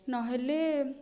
ନହେଲେ